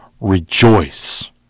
rejoice